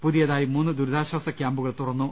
പുതിയതായി മൂന്ന് ദുരിതാശ്വാസക്യാമ്പുകൾ തുറന്നു